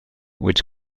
which